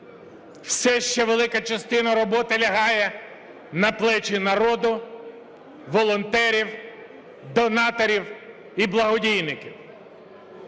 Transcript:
все ще велика частина роботи лягає на плечі народу, волонтерів, донатерів і благодійників.